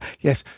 yes